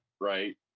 right